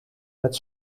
met